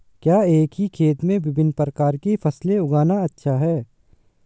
क्या एक ही खेत में विभिन्न प्रकार की फसलें उगाना अच्छा है?